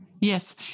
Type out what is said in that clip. Yes